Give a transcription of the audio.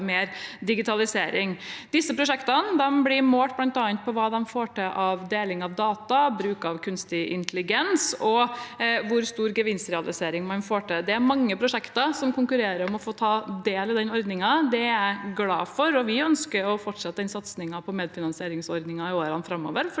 til mer digitalisering. Disse prosjektene blir bl.a. målt på hva de får til av deling av data, bruk av kunstig intelligens og hvor stor gevinstrealisering de får til. Det er mange prosjekter som konkurrerer om å få ta del i den ordningen. Det er jeg glad for, og vi ønsker å fortsette satsingen på medfinansieringsordningen i årene framover